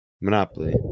Monopoly